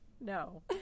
No